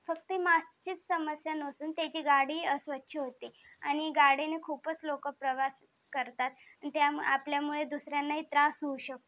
फक्त मास्कचीच समस्या नसून त्याची गाडीही अस्वच्छ होती आणि गाडीने खूपच लोकं प्रवास करतात आपल्यामुळे दुसऱ्यांनाही त्रास होऊ शकतो